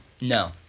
No